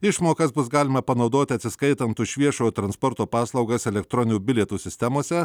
išmokas bus galima panaudoti atsiskaitant už viešojo transporto paslaugas elektroninių bilietų sistemose